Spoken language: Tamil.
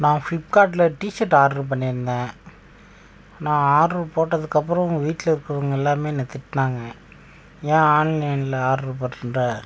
நான் ஃப்ளிப்கார்ட்டில் டி ஷர்ட் ஆர்டர் பண்ணி இருந்தேன் நான் ஆர்டர் போட்டதுக்கு அப்புறம் வீட்டில் இருக்கிறவாங்க எல்லாேருமே என்னை திட்டினாங்க ஏன் ஆன்லைனில் ஆர்டர் போட்டு இருந்த